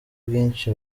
bwinshi